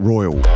Royal